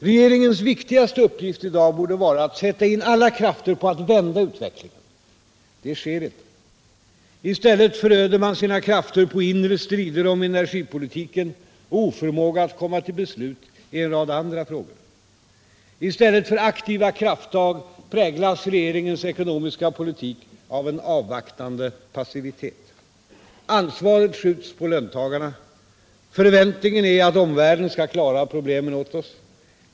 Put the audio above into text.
Regeringens viktigaste uppgift i dag borde vara att sätta in alla krafter på att vända utvecklingen. Det sker inte. I stället föröder man sina krafter på inre strider om energipolitiken och oförmåga att komma till beslut i en rad andra frågor. I stället för aktiva krafttag präglas regeringens ekonomiska politik av en avvaktande passivitet. Ansvaret skjuts på löntagarna. Förväntningen är att omvärlden skall klara problemen åt oss.